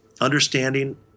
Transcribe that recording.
understanding